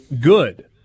good